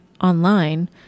online